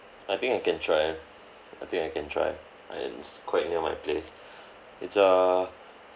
I think I can try I think I can try I am it's quite near my place it's a